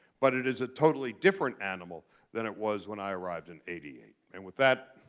but it is a totally different animal than it was when i arrived in eighty eight. and with that,